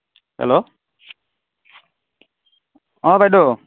hello অঁ বাইদেউ